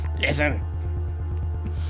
Listen